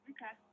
Okay